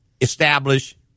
establish